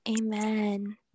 Amen